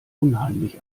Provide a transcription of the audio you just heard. unheimlich